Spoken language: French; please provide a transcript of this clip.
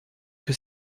que